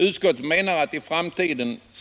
Utskottet menar att även i framtiden bör